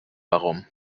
warum